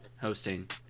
hosting